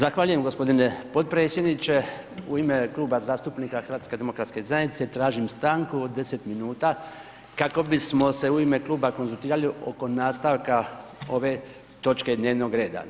Zahvaljujem gospodine potpredsjedniče, u ime Kluba zastupnika HDZ-a tražim stanku od 10 minuta kako bismo se u ime kluba konzultirali oko nastavka ove točke dnevnog reda.